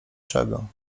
czego